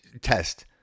test